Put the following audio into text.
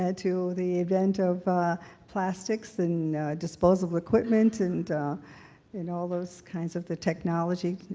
ah to the advent of plastics and disposable equipment and and all those kinds of the technology.